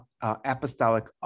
apostolic